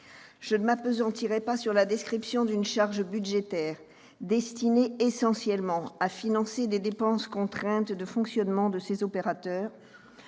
Je ne m'appesantirai pas sur la description d'une charge budgétaire destinée essentiellement à financer des dépenses contraintes de fonctionnement de ces opérateurs.